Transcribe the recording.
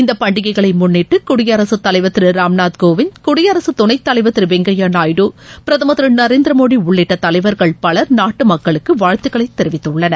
இந்தப் பண்டிகைகளை முன்னிட்டு குடியரகத் தலைவர் திரு ராம்நாத் கோவிந்த் குடியரசுத் துணைத் தலைவர் திரு வெங்கப்யா நாயுடு பிரதமர் திரு நரேந்திரமோடி உள்ளிட்ட தலைவர்கள் பலர் நாட்டு மக்களுக்கு வாழ்த்துக்களை தெரிவித்துள்ளனர்